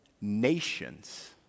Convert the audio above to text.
nations